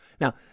Now